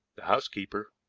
the housekeeper,